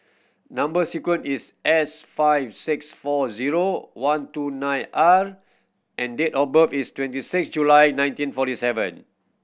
number sequence is S five six four zero one two nine R and date of birth is twenty six July nineteen forty seven